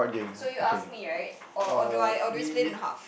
so you ask me right or or do I or do we split into half